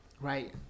right